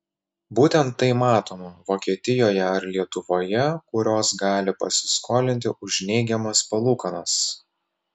būtent tai matoma vokietijoje ar lietuvoje kurios gali pasiskolinti už neigiamas palūkanas